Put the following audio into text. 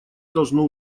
должно